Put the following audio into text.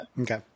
okay